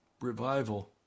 revival